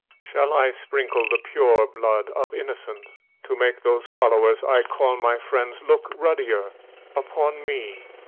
shall i sprinkle the pure blood of innocents to make those followers i call my friends look ruddier upon me?